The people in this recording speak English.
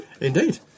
Indeed